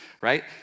right